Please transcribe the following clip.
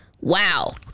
Wow